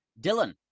Dylan